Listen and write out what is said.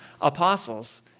apostles